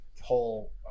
whole